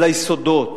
ליסודות,